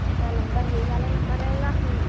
अपना नम्बर ये वाला नम्बर रहेगा की